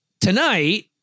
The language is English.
tonight